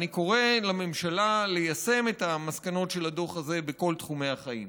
אני קורא לממשלה ליישם את המסקנות של הדוח הזה בכל תחומי החיים.